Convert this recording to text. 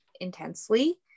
intensely